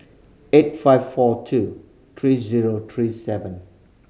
eight five four two three zero three seven